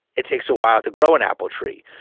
it takes a while to grow an apple tree.